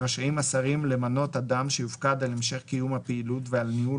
רשאים השרים למנות אדם שיופקד על המשך קיום הפעילות ועל ניהול